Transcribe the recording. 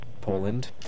Poland